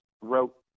wrote